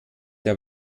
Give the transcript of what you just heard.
der